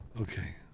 Okay